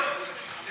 אני